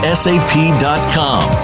sap.com